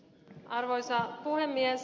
arvoisa puhemies